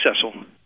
successful